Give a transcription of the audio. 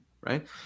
right